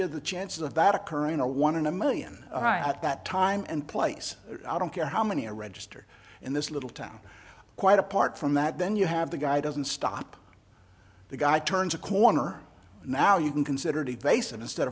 you the chances of that occurring a one in a million at that time and place i don't care how many are registered in this little town quite apart from that then you have the guy doesn't stop the guy turns a corner now you can consider the base and instead